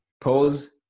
pause